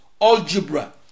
Algebra